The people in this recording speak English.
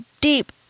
deep